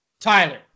Tyler